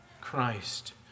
Christ